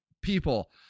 people